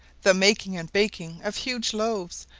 the making and baking of huge loaves,